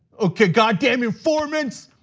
okay goddamn informants,